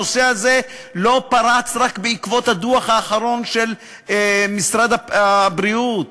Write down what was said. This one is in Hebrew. הנושא הזה לא פרץ רק בעקבות הדוח האחרון של משרד הבריאות.